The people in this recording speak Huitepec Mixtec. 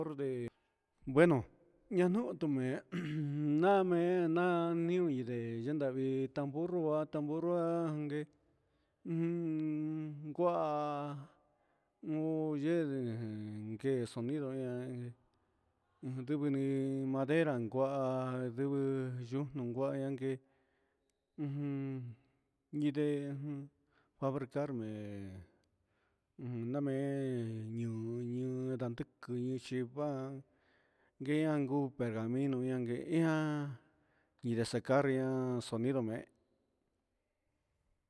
Bueno ña ñuhun tumee namee namee niu leyenda ndi tambor tambor guee guaa un yee guee sonido sivɨ madera guaha ndivi yu uju yia ndee fabricar nia namee ñindi ñindante guean guu pergamino ian guee ian guee yesecar sonido mee